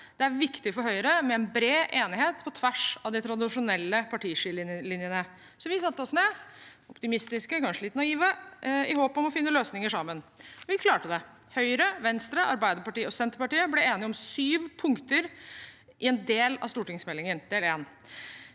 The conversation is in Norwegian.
det er viktig for Høyre med en bred enighet på tvers av de tradisjonelle partiskillelinjene. Derfor satte vi oss ned – optimistiske, kanskje litt naive – i håp om å finne løsninger sammen, og vi klarte det. Høyre, Venstre, Arbeiderpartiet og Senterpartiet ble enige om syv punkter i del I av stortingsmeldingen.